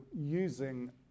using